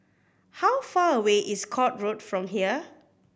how far away is Court Road from here